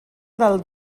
del